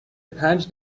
پنج